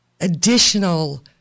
additional